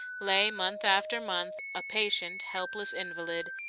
lay, month after month, a patient, helpless invalid,